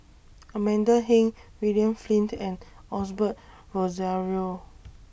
Amanda Heng William Flint and Osbert Rozario